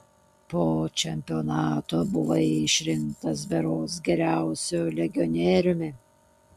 po čempionato buvai išrinktas berods geriausiu legionieriumi